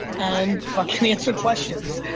and fucking answer questions,